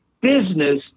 business